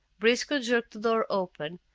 briscoe jerked the door open,